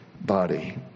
body